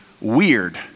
weird